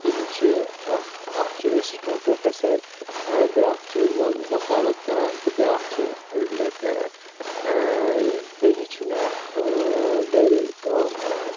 تِم چھِ اکھ چھِ اسسٹینٹ پرافیسر بیٛاکھ چھِ وۄ وکالت کران تہٕ بیٛاکھ چھِ لیٚکچرار بیٚنہِ چھِ مےٚ گرِ کٲم کران